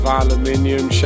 aluminium